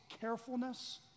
carefulness